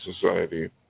society